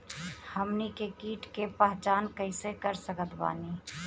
हमनी के कीट के पहचान कइसे कर सकत बानी?